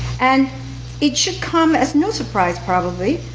and it should come as no surprise probably,